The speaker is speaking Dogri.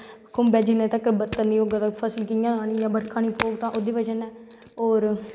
खुंबै जिन्नै तक्कर बत्तर नेंई होगा तां कियां रहानीं ऐं ओह्दी बज़ा नै होर